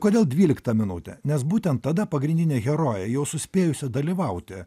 kodėl dvyliktą minutę nes būtent tada pagrindinė herojė jau suspėjusio dalyvauti